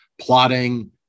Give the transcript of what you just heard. plotting